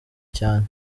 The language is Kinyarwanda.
cyane